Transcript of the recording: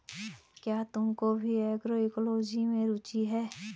क्या तुमको भी एग्रोइकोलॉजी में रुचि है?